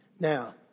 Now